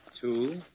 Two